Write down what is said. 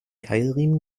keilriemen